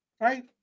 right